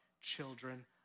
Children